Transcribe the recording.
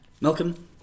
Malcolm